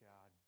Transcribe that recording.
God